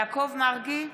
יעקב מרגי,